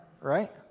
Right